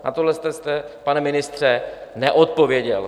Na tohle jste, pane ministře, neodpověděl.